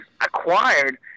acquired